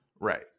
Right